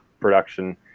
production